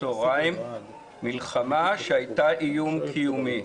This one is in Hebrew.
מלחמה שהייתה איום קיומי.